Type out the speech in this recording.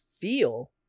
feel